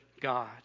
God